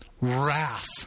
Wrath